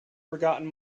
forgotten